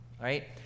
Right